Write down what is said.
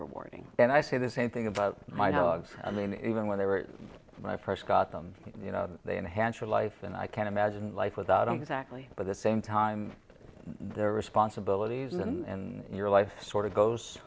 rewarding and i say the same thing about my dogs i mean it even when they were when i first got them you know they enhance your life and i can't imagine life without exactly but the same time their responsibilities and your life sort of goes